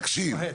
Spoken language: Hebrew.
תקשיב.